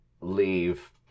leave